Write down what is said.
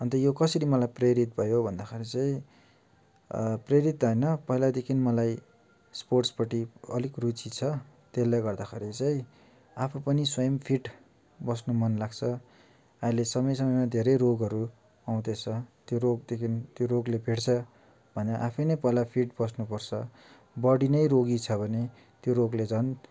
अन्त यो कसरी मलाई यो प्रेरित भयो भन्दाखेरि चाहिँ प्रेरित त होइन पहिलादेखि मलाई स्पोर्ट्सपट्टि अलिक रुचि छ त्यसले गर्दाखेरि चाहिँ आफू पनि स्वयम् फिट बस्नु मन लाग्छ अहिले समय समयमा धेरै रोगहरू आउँदैछ त्यो रोगदेखि त्यो रोगले भेट्छ भनेर आफैँ नै पहिला फिट बस्नु पर्छ बडी नै रोगी छ भने त्यो रोगले झन्